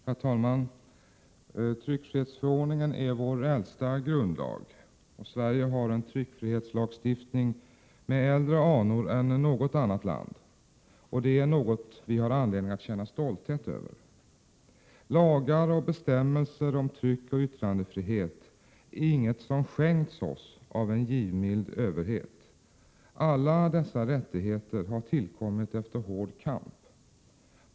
Herr talman! Tryckfrihetsförordningen är vår äldsta grundlag. Sverige har en tryckfrihetslagstiftning med äldre anor än något annat land. Det är något vi har anledning att känna stolthet över. Lagar och bestämmelser om tryckoch yttrandefrihet är inget som skänkts oss av en givmild överhet. Alla dessa rättigheter har tillkommit efter hård kamp.